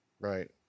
Right